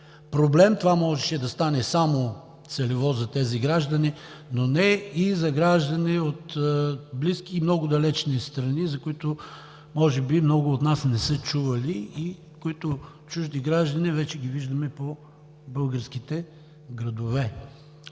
проблем – това можеше да стане само целево за тези граждани, но не и за граждани от близки и много далечни страни, за които може би много от нас не са чували, и които чужди граждани вече ги виждаме по българските градове.